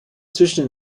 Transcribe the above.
zwischen